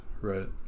right